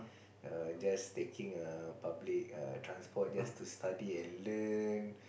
err just taking err public err transport just to study and learn